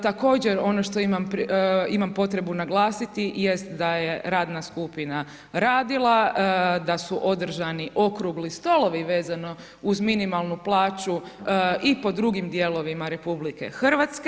Također, ono što imam potrebu naglasiti jest da je radna skupina radila, da su održani okrugli stolovi vezano uz minimalnu plaću i po drugim dijelovima Republike Hrvatske.